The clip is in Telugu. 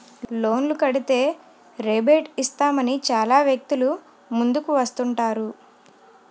లోన్లు కడితే రేబేట్ ఇస్తామని చాలా వ్యక్తులు ముందుకు వస్తుంటారు